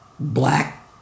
Black